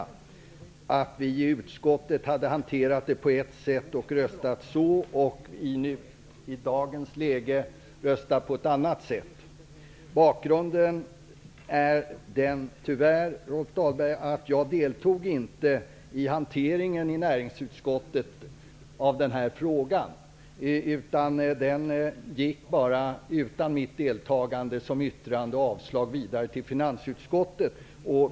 Han sade att vi i utskottet hade hanterat frågan på ett visst sätt, och att vi i dagens läge kommer att rösta på ett annat sätt. Bakgrunden är tyvärr den, Rolf Dahlberg, att jag inte deltog i näringsutskottets hantering av denna fråga. Den gick utan mitt deltagande som ett yttrande om avslag vidare till finansutskottet.